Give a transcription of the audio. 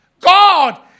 God